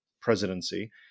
presidency